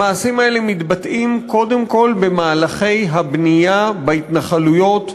המעשים האלה מתבטאים קודם כול במהלכי הבנייה בהתנחלויות,